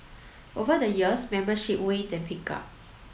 over the years membership waned and picked up